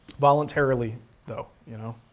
voluntarily though, ya know?